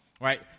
right